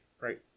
right